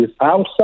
outside